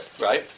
right